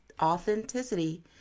authenticity